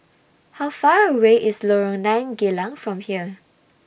How Far away IS Lorong nine Geylang from here